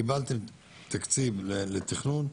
קיבלתם תקציב לתכנון,